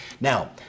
Now